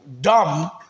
dumb